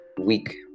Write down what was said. week